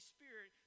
Spirit